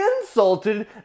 insulted